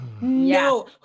No